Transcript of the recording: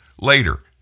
later